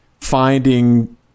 finding